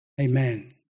Amen